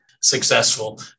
successful